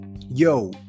yo